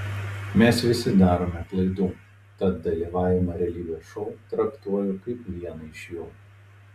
mes visi darome klaidų tad dalyvavimą realybės šou traktuoju kaip vieną iš jų